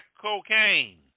cocaine